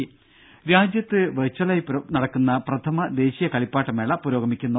രും രാജ്യത്ത് വെർച്വലായി നടക്കുന്ന പ്രഥമ ദേശീയ കളിപ്പാട്ടമേള പുരോഗമിക്കുന്നു